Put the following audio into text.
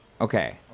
Okay